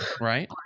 Right